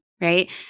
right